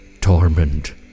torment